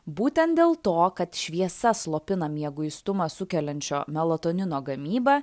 būtent dėl to kad šviesa slopina mieguistumą sukeliančio melatonino gamybą